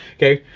okay,